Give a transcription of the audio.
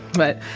but,